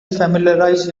familiarize